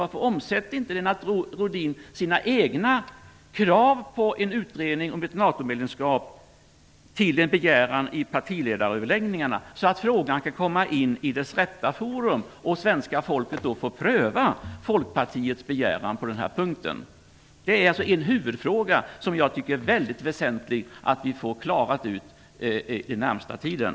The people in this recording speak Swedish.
Varför omsätter inte Lennart Rohdin sina egna krav på en utredning om ett NATO-medlemskap till en begäran i partiledaröverläggningarna, så att frågan kan komma in i dess rätta forum och svenska folket får pröva Folkpartiets begäran på den här punkten? Det är en huvudfråga som jag tycker är väsentlig att få uppklarad under den närmaste tiden.